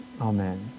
Amen